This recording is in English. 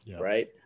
right